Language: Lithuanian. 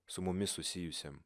su mumis susijusiam